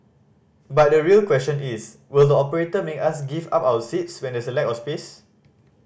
but the real question is will the operator make us give up our seats when there's a lack of space